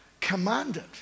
commanded